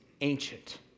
ancient